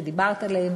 שדיברת עליהן,